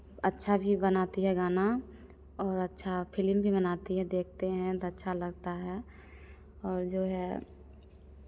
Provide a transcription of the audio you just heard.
अच्छा भी बनाती है गाना और अच्छा फिल्म भी बनाती है देखते हैं तो अच्छा लगता है और जो है